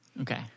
Okay